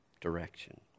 direction